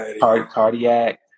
cardiac